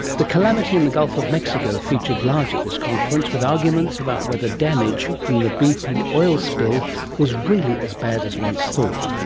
the calamity in the gulf of mexico featured large at this conference, with arguments about whether damage from the bp oil spill was really as bad as once thought.